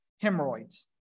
hemorrhoids